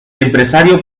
empresario